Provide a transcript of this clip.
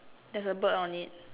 there's a bird on it